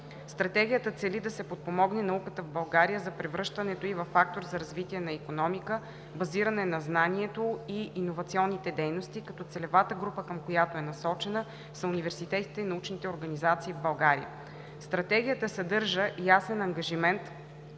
Стратегията цели да се подпомогне науката в България за превръщането й във фактор за развитието на икономика, базирана на знанието и иновационните дейности, като целевата група, към която е насочена, са университетите и научните организации в България. Стратегията съдържа ясен ангажимент